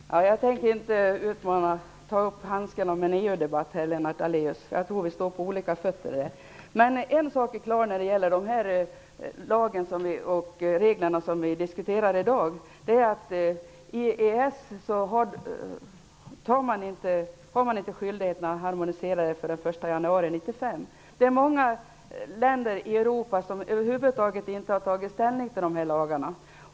Herr talman! Jag tänker inte ta upp den kastade handsken och utmana Lennart Daléus i en EU debatt. Jag tror att vi står på olika grund där. En sak är klar när det gäller de regler som vi diskuterar i dag. I EES har man inte skyldighet att harmonisera reglerna förrän den 1 januari 1995. Många länder i Europa har över huvud taget inte tagit ställning till dessa lagar.